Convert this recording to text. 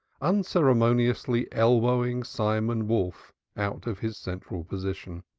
unceremoniously elbowing simon wolf out of his central position.